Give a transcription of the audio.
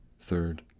Third